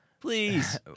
please